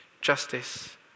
justice